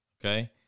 okay